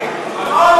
הם